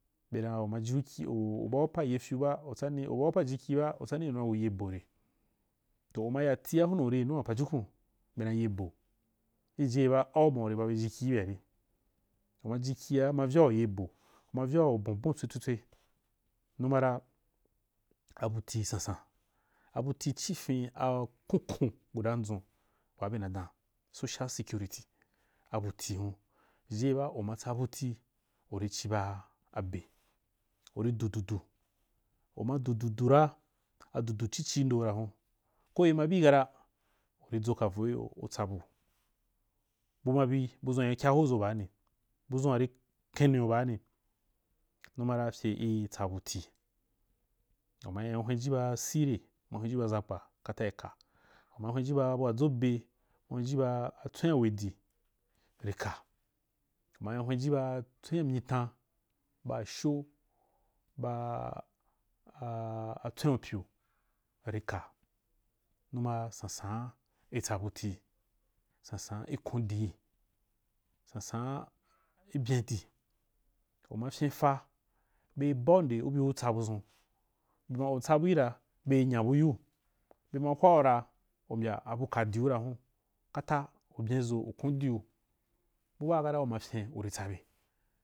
Ba dan u ma jiu kyi u bau pa ye fyu ba u tsanai u bau pa ji kyiba u tsanni yinu dan kuye boh re? Toh u ma ya tii ra hunu uri yinu dan pajukun bena ye boh khi jiji. Geba auma uri babe ji kyi ki bye ari uma ji kya ma vyou u ye boh ma vyau u bunbun tswe tswetswe numa ra abu tii sansan abu tii ci fin a konkon guda dʒun waa be na dan social security abu tii hun jiji ke ba u ma tsabu tii uri ci ba abe uri dututu uma dudura adudu cici ndoy ra hun koke ma bii kata u dʒoka vo kyo u tsabu, bu ma bi bud ʒun wari kyaho’u ʒo baani, budʒun wari ken niu aani numara fye i tsa bu tii umana hwanji ba asi re umana hwanji ba zamkpa kata ri ka, uma hweji ba bua dʒobe, uma hwenji ba atswen wa wedi ri ka, u ma hwenji ba atswen wa nyitan, ba asho ba atswen pyu ri ka numa ra sansan i tsa bu tii sansan i kon dii, sansan i byendi, u ma fyen fa beri bau nde u bi tsa budʒun u ma tsa bui ra be nya bu yiu bema hwau ra u mbya abu ka diu rahun kata u byenʒo u kon diu bu baa kata u ma fyen u ri tsabe.